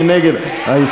מי נגד ההסתייגות?